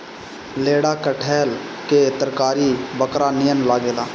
लेढ़ा कटहल के तरकारी बकरा नियन लागेला